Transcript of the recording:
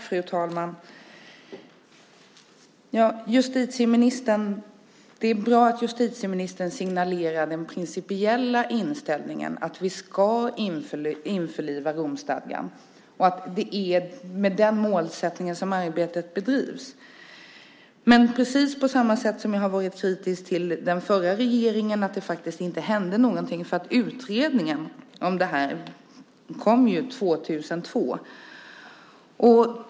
Fru talman! Det är bra att justitieministern signalerar den principiella inställningen att vi ska införliva Romstadgan och att det är med denna målsättning som arbetet bedrivs. Ändå kan jag vara kritisk, precis på samma sätt som jag var kritisk mot den förra regeringen, därför att det inte händer någonting. Utredningen om detta kom ju 2002!